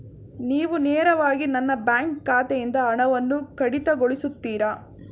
ನೀವು ನೇರವಾಗಿ ನನ್ನ ಬ್ಯಾಂಕ್ ಖಾತೆಯಿಂದ ಹಣವನ್ನು ಕಡಿತಗೊಳಿಸುತ್ತೀರಾ?